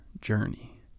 journey